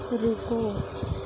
رُکو